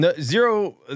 zero